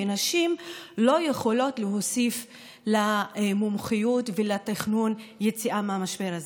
ונשים לא יכולות להוסיף למומחיות ולתכנון היציאה מהמשבר הזה.